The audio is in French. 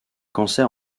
cancer